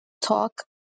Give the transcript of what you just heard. talk